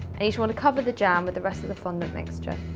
and just want to cover the jam with the rest of the fondant mixture.